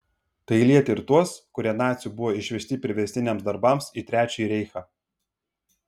tai lietė ir tuos kurie nacių buvo išvežti priverstiniams darbams į trečiąjį reichą